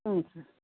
ಹ್ಞೂ ಸರ್